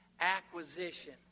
acquisition